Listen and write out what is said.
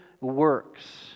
works